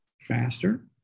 faster